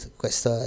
questo